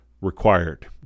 required